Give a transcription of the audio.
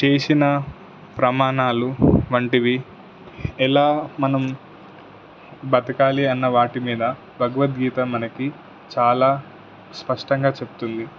చేసిన ప్రమాణాలు వంటివి ఎలా మనం బతకాలి అన్న వాటి మీద భగవద్గీత మనకి చాలా స్పష్టంగా చెప్తుంది